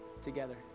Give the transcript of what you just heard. together